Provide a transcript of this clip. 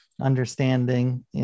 understanding